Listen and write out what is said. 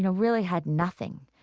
you know really had nothing.